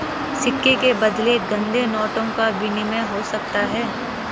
सिक्के के बदले गंदे नोटों का विनिमय हो सकता है